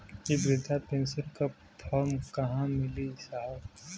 इ बृधा पेनसन का फर्म कहाँ मिली साहब?